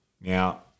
Now